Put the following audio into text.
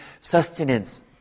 sustenance